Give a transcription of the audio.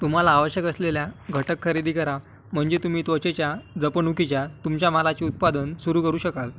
तुम्हाला आवश्यक असलेल्या घटक खरेदी करा म्हणजे तुम्ही त्वचेच्या जपणुकीच्या तुमच्या मालाचे उत्पादन सुरू करू शकाल